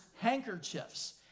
handkerchiefs